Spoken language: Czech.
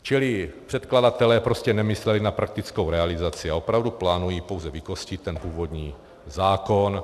Čili předkladatelé nemysleli na praktickou realizaci a opravdu plánují pouze vykostit ten původní zákon.